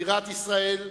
בירת ישראל,